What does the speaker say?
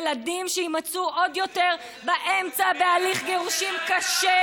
ילדים שיימצאו עוד יותר באמצע בהליך גירושין קשה,